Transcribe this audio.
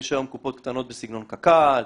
יש היום קופות קטנות בסגנון קק"ל,